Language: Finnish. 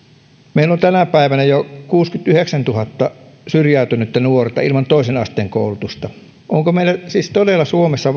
meillä on tänä päivänä jo kuusikymmentäyhdeksäntuhatta syrjäytynyttä nuorta ilman toisen asteen koulutusta onko meillä siis todella suomessa